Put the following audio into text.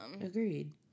Agreed